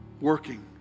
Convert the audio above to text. working